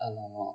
oh